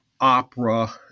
opera